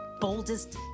boldest